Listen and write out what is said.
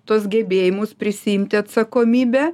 tuos gebėjimus prisiimti atsakomybę